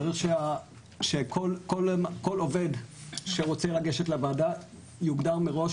צריך שכל עובד שרוצה לגשת לוועדה יוגדר מראש